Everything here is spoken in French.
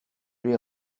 l’ai